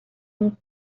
اون